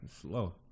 slow